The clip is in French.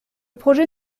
projet